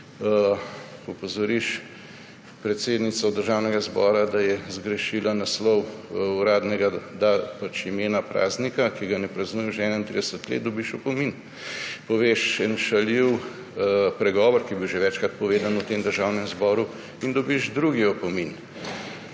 Opozoriš predsednico Državnega zbora, da je zgrešila naslov uradnega imena praznika, ki ga ne praznujemo že 31 let, dobiš opomin. Poveš en šaljiv pregovor, ki je bil že večkrat povedan v Državnem zboru, in dobiš drugi opomin.